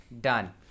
Done